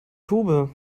tube